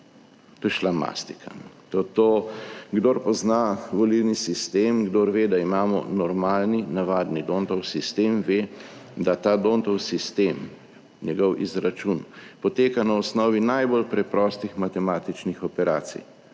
To je šlamastika. Kdor pozna volilni sistem, kdor ve, da imamo normalni, navadni Dontov sistem, ve, da ta Dontov sistem, njegov izračun poteka na osnovi najbolj preprostih matematičnih operacij.